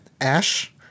Ash